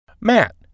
Matt